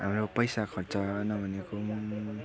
हाम्रो पैसा खर्च नभनेको पनि